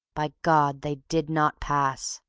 by god! they did not pass.